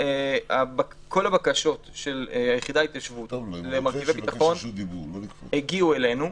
כל הבקשות של היחידה להתיישבות למרכיבי ביטחון הגיעו אלינו,